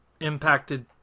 impacted